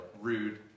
rude